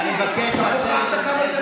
למה לא נאמרים?